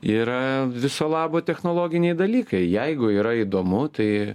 yra viso labo technologiniai dalykai jeigu yra įdomu tai